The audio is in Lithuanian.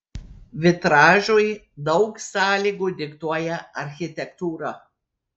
vitražui daug sąlygų diktuoja architektūra